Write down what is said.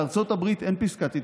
בארצות הברית אין פסקת התגברות.